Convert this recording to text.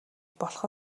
болох